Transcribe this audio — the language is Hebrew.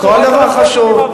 כל דבר חשוב,